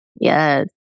Yes